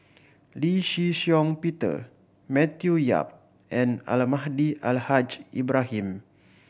Lee Shih Shiong Peter Matthew Yap and Almahdi Al Haj Ibrahim